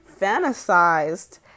fantasized